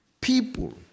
people